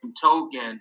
token